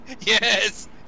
Yes